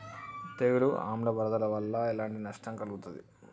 తెగులు ఆమ్ల వరదల వల్ల ఎలాంటి నష్టం కలుగుతది?